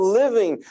living